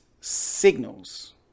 signals